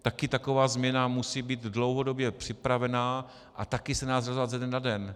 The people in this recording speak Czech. Taky taková změna musí být dlouhodobě připravená a taky se nedá udělat ze dne na den.